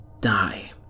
die